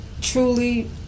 truly